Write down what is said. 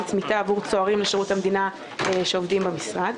צמיתה עבור צוערים בשירות המדינה שעובדים במשרד.